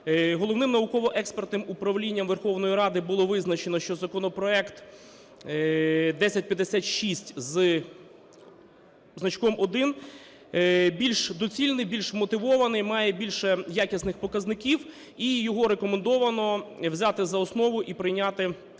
Головним науково-експертним управлінням Верховної Ради було визначено, що законопроект 1056 зі значком 1 більш доцільний, більш вмотивований, має більше якісних показників і його рекомендовано взяти за основу і прийняти